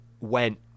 went